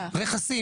רכסים,